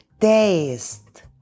taste